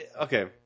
okay